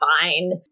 fine